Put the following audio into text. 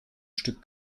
stück